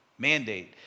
Mandate